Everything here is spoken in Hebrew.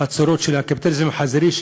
הצורות של הקפיטליזם החזירי: